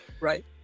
Right